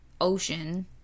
Ocean